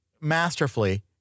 masterfully